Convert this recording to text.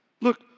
Look